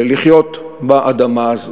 לחיות באדמה הזאת.